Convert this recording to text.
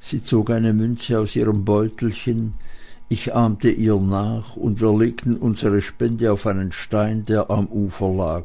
sie zog eine münze aus ihrem beutelchen ich ahmte ihr nach und wir legten unsere spende auf einen stein der am ufer lag